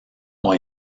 ont